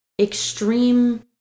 extreme